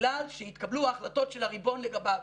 בגלל שהתקבלו ההחלטות של הריבון לגביו,